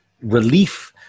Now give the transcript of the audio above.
relief